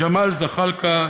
ג'מאל זחאלקה,